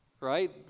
right